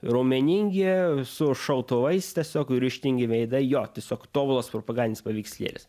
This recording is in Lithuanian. raumeningi su šautuvais tiesiog ryžtingi veidai jo tiesiog tobulas propagandinis paveikslėlis